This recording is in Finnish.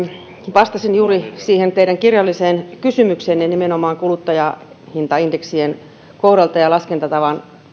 vastasin juuri siihen teidän kirjallisen kysymykseenne nimenomaan kuluttajahintaindeksien kohdalta ja laskentatavan